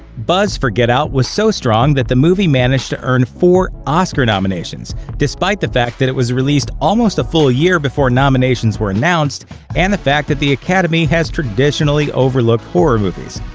buzz for get out was so strong that the movie managed to earn four oscar nominations, despite the fact that it was released almost a full year before nominations were announced and the fact that the academy has traditionally overlooked horror movies.